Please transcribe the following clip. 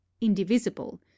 indivisible